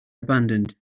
abandoned